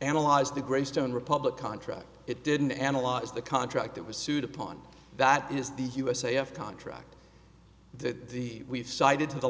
analyze the greystone republic contract it didn't analyze the contract that was sued upon that is the u s a s contract that the we've cited to the